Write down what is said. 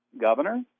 Governor